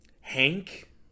Hank